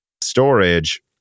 storage